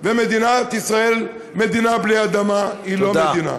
ומדינת ישראל בלי אדמה היא לא מדינה.